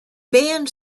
banned